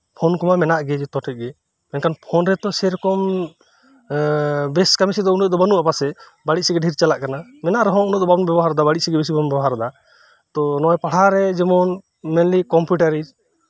phone ᱠᱚᱢᱟ ᱢᱮᱱᱟᱜ ᱜᱮ ᱡᱷᱚᱛᱚ ᱴᱷᱮᱱ ᱜᱮ ᱢᱮᱱᱠᱷᱟᱱ ᱯᱷᱳᱱ ᱨᱮᱛᱚ ᱥᱮᱨᱚᱠᱚᱢ ᱮᱫ ᱵᱮᱥ ᱠᱟᱹᱢᱤ ᱥᱮᱫ ᱫᱚ ᱵᱟᱹᱱᱩᱜ ᱜᱮ ᱯᱟᱪᱮᱫ ᱵᱟᱹᱲᱤᱡ ᱥᱮᱫ ᱜᱮ ᱫᱷᱮᱨ ᱪᱟᱞᱟᱜ ᱠᱟᱱᱟ ᱢᱮᱱᱟᱜ ᱨᱮᱦᱚᱸ ᱩᱱᱟᱹᱜ ᱫᱚ ᱵᱟᱵᱚᱱ ᱵᱮᱵᱚᱦᱟᱨ ᱮᱫᱟ ᱵᱟᱹᱲᱤᱡ ᱥᱮᱫ ᱜᱮ ᱵᱮᱥᱤ ᱵᱚᱱ ᱵᱮᱵᱚᱦᱟᱨ ᱮᱫᱟ ᱛᱚ ᱯᱟᱲᱦᱟᱜ ᱨᱮ ᱢᱮᱱᱞᱤ ᱠᱚᱢᱯᱤᱭᱩᱴᱟᱨ ᱨᱮ